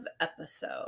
episode